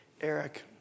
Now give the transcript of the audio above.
Eric